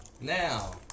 now